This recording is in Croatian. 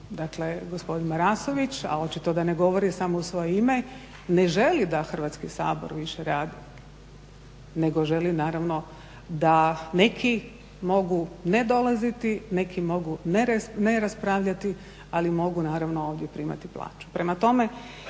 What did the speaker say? Dakle, gospodin Marasović a očito da ne govori samo u svoje ime ne želi da Hrvatski sabor da više radi nego želi naravno da neki mogu ne dolaziti, neki mogu ne raspravljati ali mogu naravno ovdje primati plaću.